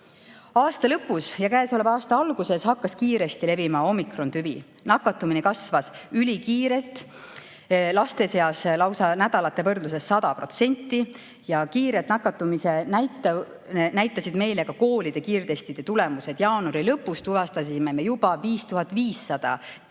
Aasta lõpus ja käesoleva aasta alguses hakkas kiiresti levima omikrontüvi. Nakatumine kasvas ülikiirelt, laste seas nädalate võrdluses lausa 100% ja kiiret nakatumist näitasid ka koolide kiirtestide tulemused. Jaanuari lõpus tuvastati koolides